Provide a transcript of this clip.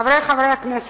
חברי חברי הכנסת,